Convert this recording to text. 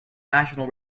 national